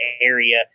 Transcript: area